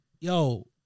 yo